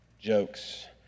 jokes